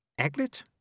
Aglet